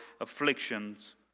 afflictions